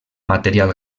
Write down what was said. material